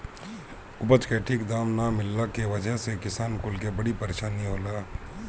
उपज के ठीक दाम ना मिलला के वजह से किसान कुल के बड़ी परेशानी होला